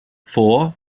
four